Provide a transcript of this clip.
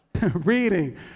reading